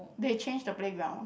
they change the playground